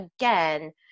again